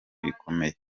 bikomeye